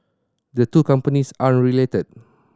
the two companies aren't related